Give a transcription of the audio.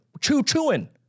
choo-chooing